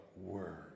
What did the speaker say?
word